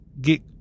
get